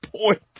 point